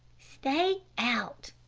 stay out,